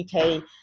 UK